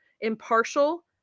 impartial